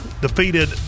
defeated